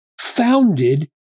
founded